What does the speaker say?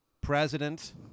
President